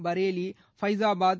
Bareilly Faizabad